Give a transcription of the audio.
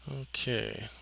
Okay